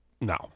No